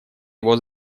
его